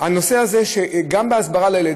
הנושא הזה, גם בהסברה לילד.